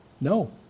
no